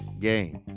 games